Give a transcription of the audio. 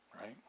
right